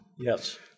yes